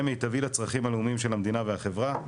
מיטבי לצרכים הלאומיים של המדינה והחברה,